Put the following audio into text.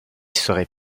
serait